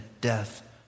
death